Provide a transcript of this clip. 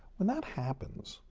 when that happens,